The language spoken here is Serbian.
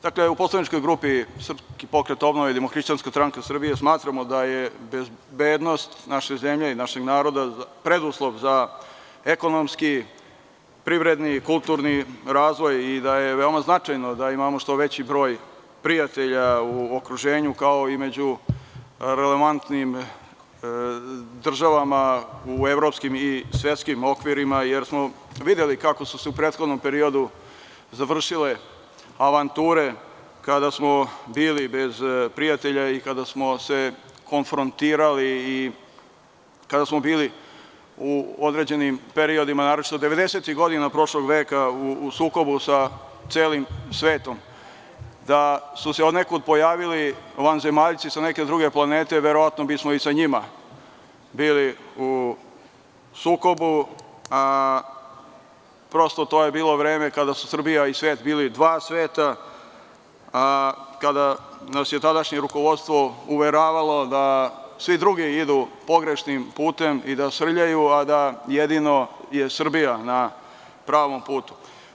Dakle, u poslaničkoj grupi SPO – Demohrišćanska stranka Srbije, smatramo da je bezbednost naše zemlje i našeg naroda preduslov za ekonomski, privredni, kulturni razvoj i da je veoma značajno da imamo što veći broj prijatelja u okruženju, kao i među relevantnim državama u evropskim i svetskim okvirima jer smo videli kako su se u prethodnom periodu završile avanture kada smo bili bez prijatelja i kada smo se konfrotirali i kada smo bili u određenim periodima naročito u devedesetim godinama prošlog veka, u sukobu sa celim svetom, da su se odnekud pojavili vanzemaljci sa neke druge planete verovatno bismo i sa njima bili u sukobu, prosto to je bilo vreme kada su Srbija i svet bili dva sveta, kada nas je tadašnje rukovodstvo uveravalo da svi drugi idu pogrešnim putem i da srljaju, a da je jedino Srbija na pravom putu.